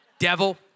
devil